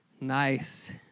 Nice